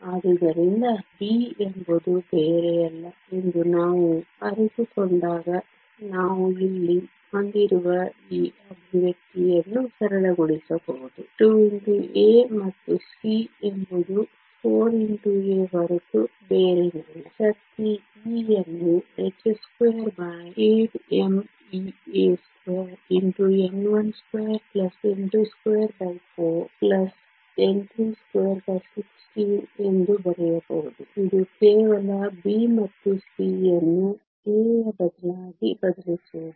ಆದುದರಿಂದ b ಎಂಬುದು ಬೇರೆಯಲ್ಲ ಎಂದು ನಾವು ಅರಿತುಕೊಂಡಾಗ ನಾವು ಇಲ್ಲಿ ಹೊಂದಿರುವ ಈ ಅಭಿವ್ಯಕ್ತಿಯನ್ನು ಸರಳಗೊಳಿಸಬಹುದು 2 x a ಮತ್ತು c ಎಂಬುದು 4 x a ಹೊರತು ಬೇರೇನಲ್ಲ ಶಕ್ತಿ e ಯನ್ನು h28mea2n12n224n3216 ಎಂದು ಬರೆಯಬಹುದು ಇದು ಕೇವಲ b ಮತ್ತು c ಅನ್ನು a ಯ ಬದಲಾಗಿ ಬದಲಿಸುವುದು